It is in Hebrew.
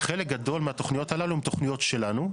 חלק גדול מהתוכניות הללו הן תוכניות שלנו,